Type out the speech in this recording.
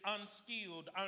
unskilled